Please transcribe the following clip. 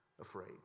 afraid